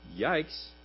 Yikes